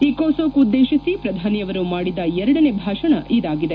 ಇಕೋಸೋಕ್ ಉದ್ದೇಶಿಸಿ ಪ್ರಧಾನಿಯವರು ಮಾಡಿದ ಎರಡನೇ ಭಾಷಣ ಇದಾಗಿದೆ